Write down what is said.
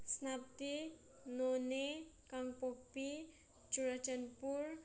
Senapati Noney Kangpokpi Churachandpur